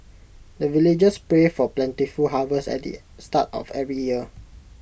the villagers pray for plentiful harvest at the start of every year